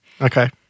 Okay